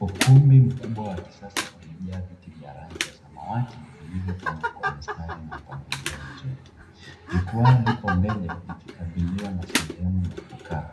Ukumbi mkubwa wa kisasa umejaa viti vya rangi ya samawati vilivyopangwa kwa mistari na mpangilio mzuri. Jukwaa lipo mbele likikabiliwa na sehemu ya kukaa.